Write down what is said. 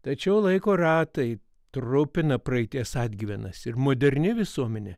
tačiau laiko ratai trupina praeities atgyvenas ir moderni visuomenė